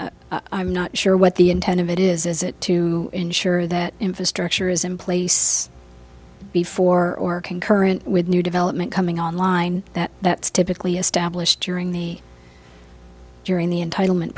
is i'm not sure what the intent of it is is it to ensure that infrastructure is in place before concurrent with new development coming online that that's typically established during the during the enti